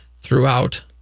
throughout